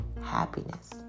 happiness